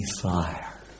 fire